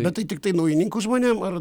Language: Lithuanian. bet tai tiktai naujininkų žmonėm ar